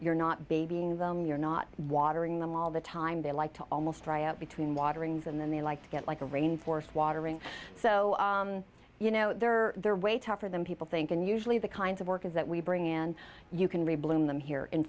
them you're not watering them all the time they like to almost dry out between waterings and then they like to get like a rain forest watering so you know they're there way tougher than people think and usually the kinds of workers that we bring in and you can read bloom them here in